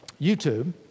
YouTube